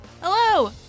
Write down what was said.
Hello